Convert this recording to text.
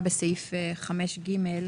בסעיף 5(ג)